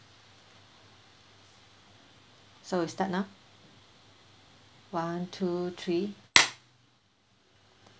so we start now one two three